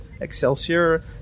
Excelsior